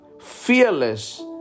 fearless